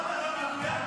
השוטטות),